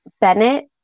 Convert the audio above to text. Bennett